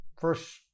first